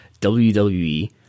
WWE